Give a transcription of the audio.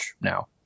now